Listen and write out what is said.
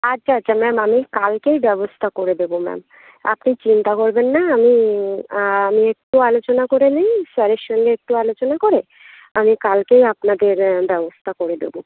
আচ্ছা আচ্ছা ম্যাম আমি কালকেই ব্যবস্থা করে দেবো ম্যাম আপনি চিন্তা করবেন না আমি আমি একটু আলোচনা করে নিই স্যারের সঙ্গে একটু আলোচনা করে আমি কালকেই আপনাদের ব্যবস্থা করে দেবো